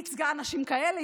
היא ייצגה אנשים כאלה,